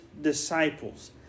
disciples